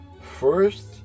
First